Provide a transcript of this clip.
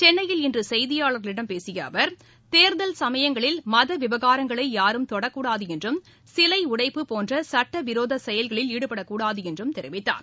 சென்னையில் இன்று செய்தியாளர்களிடம் பேசிய அவர் தேர்தல் சமயங்களில் மத விவகாரங்களை யாரும் தொடக்கூடாது என்றும் சிலை உடைப்பு போன்ற சட்டவிரோத செயல்களில் ஈடுபடக்கூடாது என்றும் தெரிவித்தார்